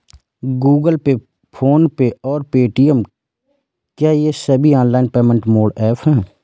Google pay PhonePe और Paytm क्या ये सभी ऑनलाइन पेमेंट मोड ऐप हैं?